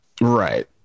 Right